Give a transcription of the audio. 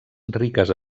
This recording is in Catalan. riques